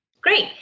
Great